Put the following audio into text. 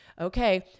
okay